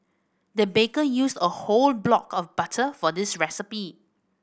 the baker used a whole block of butter for this recipe